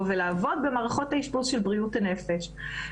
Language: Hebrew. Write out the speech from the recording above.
ולעבוד במערכות האשפוז של בריאות הנפש.